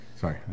Sorry